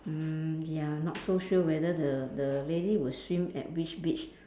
mm ya not so sure whether the the lady will swim at which beach